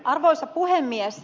arvoisa puhemies